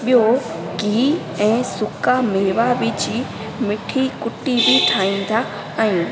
ॿियो गिह ऐं सुखा मेवा विझी मिठी कुटी बि ठाहींदा आहियूं